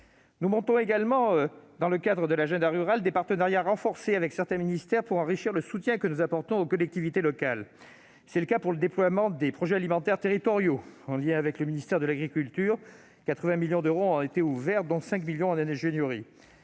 Nous montons également, dans le cadre de l'agenda rural, des partenariats renforcés avec certains ministères, pour enrichir le soutien que nous apportons aux collectivités locales. C'est le cas pour le déploiement des projets alimentaires territoriaux. En lien avec le ministère de l'agriculture, 80 millions d'euros ont été ouverts, dont 5 millions d'euros en ingénierie.